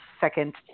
second